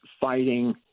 fighting